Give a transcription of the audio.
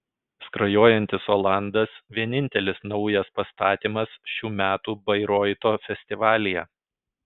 skrajojantis olandas vienintelis naujas pastatymas šių metų bairoito festivalyje